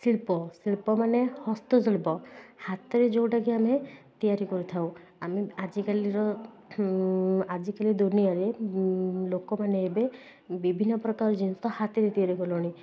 ଶିଳ୍ପ ଶିଳ୍ପମାନେ ହସ୍ତଶିଳ୍ପ ହାତରେ ଯେଉଁଟାକି ଆମେ ତିଆରି କରିଥାଉ ଆମେ ଆଜିକାଲିର ଆଜିକାଲି ଦୁନିଆରେ ଲୋକମାନେ ଏବେ ବିଭିନ୍ନ ପ୍ରକାର ଜିନିଷ ହାତରେ ତିଆରି କଲେଣି